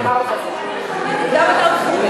אם אני מחרבטת, גם אתה מחרבט.